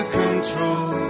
control